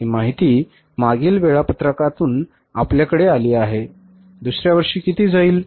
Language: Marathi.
ही माहिती मागील वेळापत्रकातून आपल्याकडे आली आहे दुसऱ्या वर्षी किती जाईल